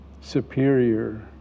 superior